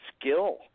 skill